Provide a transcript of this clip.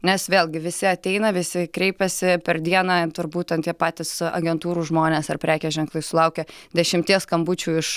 nes vėlgi visi ateina visi kreipiasi per dieną turbūt ten tie patys agentūrų žmonės ar prekės ženklai sulaukia dešimties skambučių iš